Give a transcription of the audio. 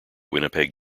winnipeg